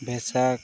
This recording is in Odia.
ବୈଶାଖ